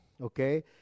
Okay